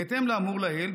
בהתאם לאמור לעיל,